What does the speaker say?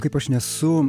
kaip aš nesu